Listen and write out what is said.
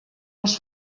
als